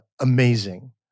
amazing